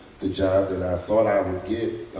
the job that i thought i would get,